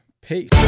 Peace